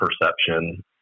perception